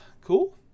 Cool